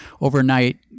Overnight